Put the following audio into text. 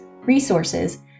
resources